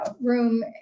room